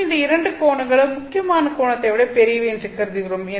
மற்றும் இந்த இரண்டு கோணங்களும் முக்கியமான கோணத்தை விட பெரியவை என்று கருதுகிறோம்